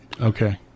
Okay